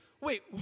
wait